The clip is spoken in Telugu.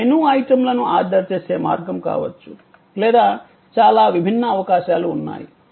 మెను ఐటెమ్లను ఆర్డర్ చేసే మార్గం కావచ్చు లేదా చాలా విభిన్న అవకాశాలు ఉన్నాయి